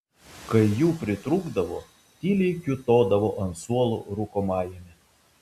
kai jų pritrūkdavo tyliai kiūtodavo ant suolo rūkomajame